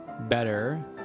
better